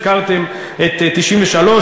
הזכרתם את 1993,